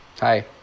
Hi